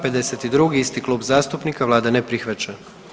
52. isti klub zastupnika vlada ne prihvaća.